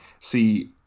see